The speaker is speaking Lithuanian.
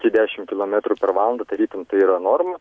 tie dešim kilometrų per valandą tarytum tai yra norma